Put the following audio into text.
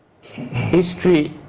History